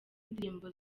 indirimbo